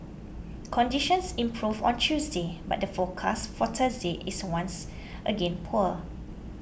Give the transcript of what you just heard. conditions improved on Tuesday but the forecast for Thursday is once again poor